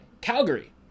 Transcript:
calgary